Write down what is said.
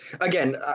again